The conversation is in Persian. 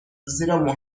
زیرا